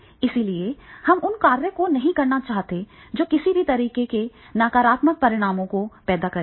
इसलिए हमें उन कार्यों को नहीं करना चाहिए जो किसी भी तरह के नकारात्मक परिणाम पैदा करेंगे